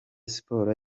sports